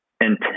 intent